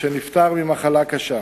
שנפטר ממחלה קשה.